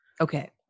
okay